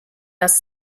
das